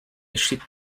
eşit